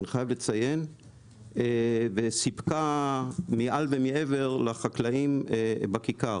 אני חייב לציין וסיפקה מעל ומעבר לחקלאים בכיכר.